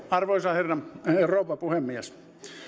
arvoisa rouva puhemies